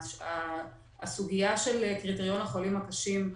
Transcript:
הסוגיה של קריטריון החולים הקשים,